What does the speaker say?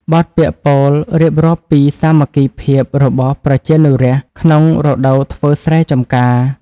បទពាក្យពោលរៀបរាប់ពីសាមគ្គីភាពរបស់ប្រជានុរាស្ត្រក្នុងរដូវធ្វើស្រែចម្ការ។